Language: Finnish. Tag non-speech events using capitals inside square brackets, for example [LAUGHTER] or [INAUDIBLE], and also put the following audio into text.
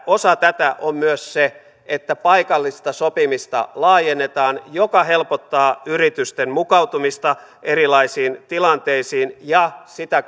osa tätä on myös se että paikallista sopimista laajennetaan mikä helpottaa yritysten mukautumista erilaisiin tilanteisiin ja sitä [UNINTELLIGIBLE]